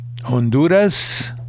Honduras